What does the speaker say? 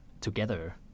together